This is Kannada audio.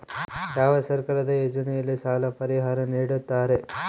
ಯಾವ ಸರ್ಕಾರದ ಯೋಜನೆಯಲ್ಲಿ ಸಾಲ ಪರಿಹಾರ ನೇಡುತ್ತಾರೆ?